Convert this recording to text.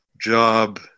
job